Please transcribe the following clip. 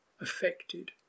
affected